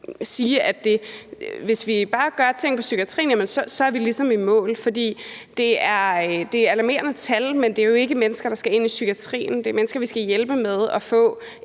sige, at hvis vi bare gør ting i psykiatrien, er vi ligesom i mål. For det er alarmerende tal, men det er jo ikke mennesker, der skal ind i psykiatrien. Det er mennesker, vi skal hjælpe med at få